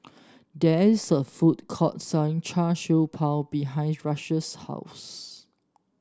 there is a food court selling Char Siew Bao behind Rush's house